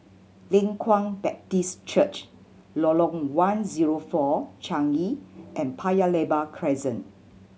Leng Kwang Baptist Church Lorong One Zero Four Changi and Paya Lebar Crescent